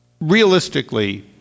Realistically